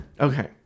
okay